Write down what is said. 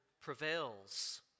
prevails